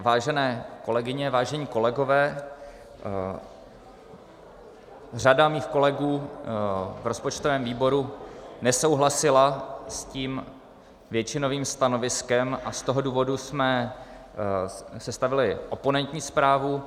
Vážené kolegyně, vážení kolegové, řada mých kolegů v rozpočtovém výboru nesouhlasila s tím většinovým stanoviskem a z toho důvodu jsme sestavili oponentní zprávu.